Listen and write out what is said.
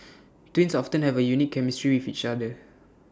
twins often have A unique chemistry with each other